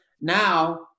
now